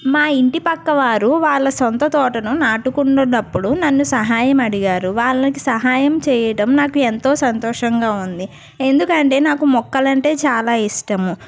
మా ఇంటి పక్క వారు వాళ్ళ సొంత తోటను నాటుకుంటు ఉన్నప్పుడు నన్ను సహాయం అడిగారు వాళ్ళకి సహాయం చేయటం నాకు ఎంతో సంతోషంగా ఉంది ఎందుకంటే నాకు మొక్కలు అంటే చాలా ఇష్టము